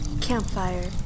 Campfire